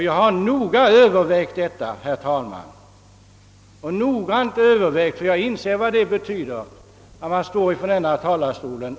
Jag har noga övervägt detta, herr talman, ty jag inser vad det betyder att jag framför dessa synpunkter från denna talarstol.